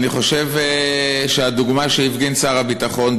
ואני חושב שהדוגמה שהפגין שר הביטחון,